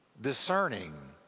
Discerning